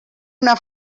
una